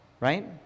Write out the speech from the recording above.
Right